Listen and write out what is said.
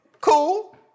Cool